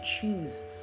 choose